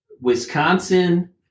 Wisconsin